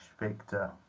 Victor